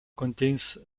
contains